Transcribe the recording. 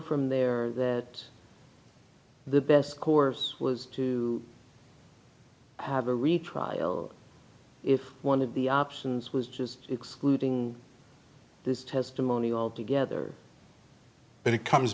from there that the best course was to have a retrial if one of the options was just excluding this testimony altogether but it comes